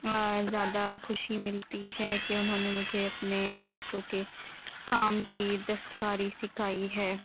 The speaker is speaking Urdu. زیادہ خوشی ملتی ہے کہ انہوں نے مجھے اپنے ہاتھوں کے کام کی دستکاری سکھائی ہے